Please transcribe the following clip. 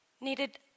needed